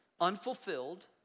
Unfulfilled